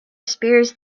spears